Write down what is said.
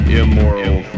immoral